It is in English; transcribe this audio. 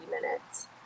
minutes